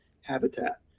habitat